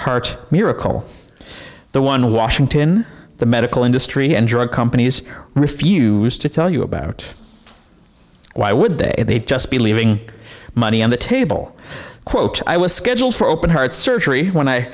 cent miracle the one in washington the medical industry and drug companies refuse to tell you about why would they just be leaving money on the table quote i was scheduled for open heart surgery when i